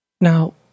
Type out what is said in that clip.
Now